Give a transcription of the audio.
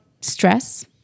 stress